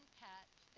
pets